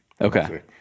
Okay